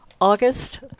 august